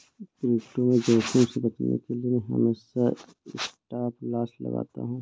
crypto में जोखिम से बचने के लिए मैं हमेशा स्टॉपलॉस लगाता हूं